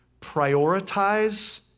prioritize